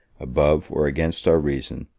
above or against our reason,